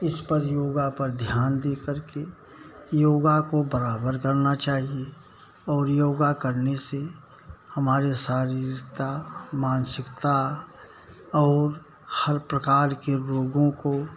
इस पर योगा पर ध्यान देकर के योगा को बराबर करना चाहिए और योगा करने से हमारी शारीरिकता मानसिकता और हर प्रकार के रोगों को